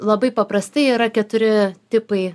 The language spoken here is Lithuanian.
labai paprastai yra keturi tipai